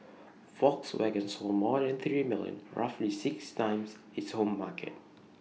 Volkswagen sold more than three million roughly six times its home market